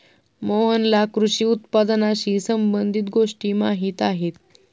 मोहनला कृषी उत्पादनाशी संबंधित गोष्टी माहीत आहेत